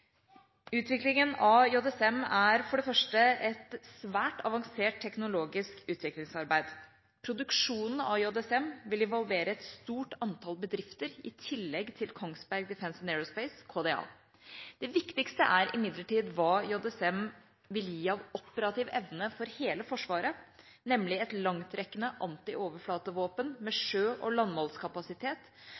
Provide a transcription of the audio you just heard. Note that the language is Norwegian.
Utviklingen av JSM er for det første et svært avansert teknologisk utviklingsarbeid. Produksjonen av JSM vil involvere et stort antall bedrifter, i tillegg til Kongsberg Defence & Aerospace, KDA. Det viktigste er imidlertid hva JSM vil gi av operativ evne for hele Forsvaret, nemlig et langtrekkende antioverflatevåpen, med sjø- og